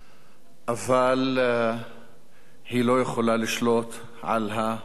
אבל היא לא יכולה לשלוט על ההשלכות.